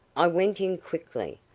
i went in quickly,